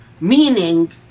Meaning